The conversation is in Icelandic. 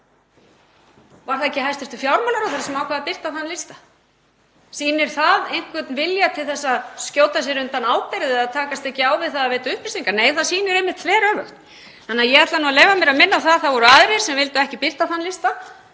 Var það ekki hæstv. fjármálaráðherra sem ákvað að birta þann lista? Sýnir það einhvern vilja til að skjóta sér undan ábyrgð eða takast ekki á við það að veita upplýsingar? Nei, það sýnir einmitt þveröfugt. Ég ætla að leyfa mér að minna á að það voru aðrir sem vildu ekki birta þann lista,